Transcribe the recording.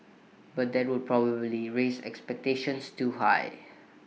but that would probably raise expectations too high